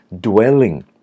dwelling